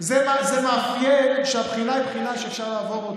זה מאפיין שהבחינה היא בחינה שאפשר לעבור.